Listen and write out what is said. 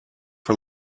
for